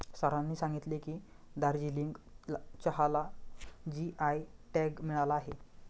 सरांनी सांगितले की, दार्जिलिंग चहाला जी.आय टॅग मिळाला आहे